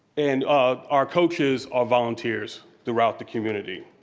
and our coaches are volunteers throughout the community.